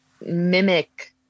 mimic